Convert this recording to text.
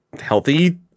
healthy